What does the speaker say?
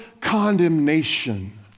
condemnation